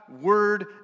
word